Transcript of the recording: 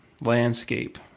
landscape